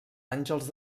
àngels